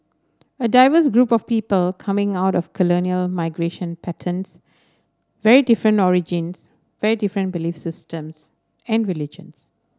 a diverse group of people coming out of colonial migration patterns very different origins very different belief systems and religion